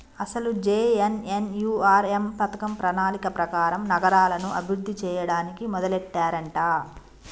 అసలు జె.ఎన్.ఎన్.యు.ఆర్.ఎం పథకం ప్రణాళిక ప్రకారం నగరాలను అభివృద్ధి చేయడానికి మొదలెట్టారంట